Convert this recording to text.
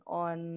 on